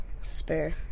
spare